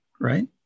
Right